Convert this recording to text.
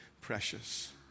precious